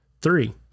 Three